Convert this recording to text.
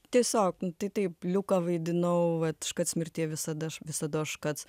tiesiog nu tai taip liuką vaidinau vat škac mirtie visada visados škac